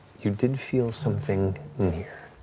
you did feel something near.